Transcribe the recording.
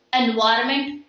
environment